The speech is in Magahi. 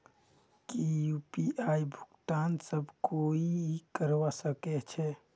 की यु.पी.आई भुगतान सब कोई ई करवा सकछै?